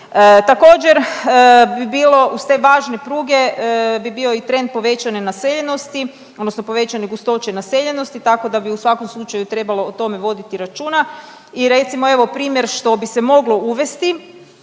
bilo uz te važne pruge bi bio i trend povećane naseljenosti, odnosno povećane gustoće naseljenosti, tako da bi u svakom slučaju trebalo o tome voditi računa i recimo, evo, primjer što bi se moglo uvesti,